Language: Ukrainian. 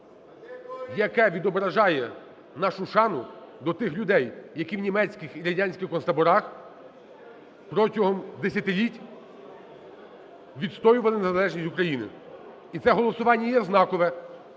яке відображає нашу шану до тих людей, які в німецьких і радянських протягом десятиліть відстоювали незалежність України. І це голосування є знакове